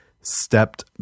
stepped